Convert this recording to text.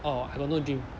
oh I got no dream